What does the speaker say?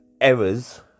errors